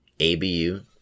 abu